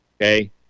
okay